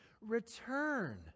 return